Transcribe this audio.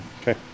Okay